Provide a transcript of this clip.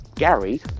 Gary